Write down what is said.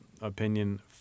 opinion